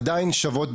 עדיין שוות,